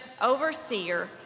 overseer